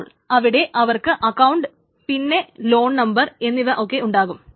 അപ്പോൾ അവിടെ അവർക്ക് അക്കൌണ്ട് പിന്നെ ലോൺ നമ്പർ എന്നിവയൊക്കെ ഉണ്ടാകാം